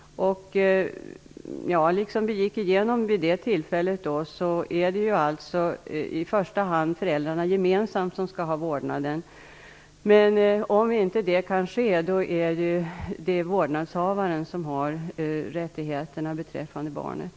Som framkom vid vår tidigare genomgång skall i första hand föräldrarna gemensamt ha vårdnaden, men om så inte kan ske, är det vårdnadshavaren som har rättigheterna beträffande barnet.